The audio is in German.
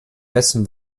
messen